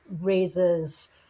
raises